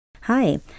Hi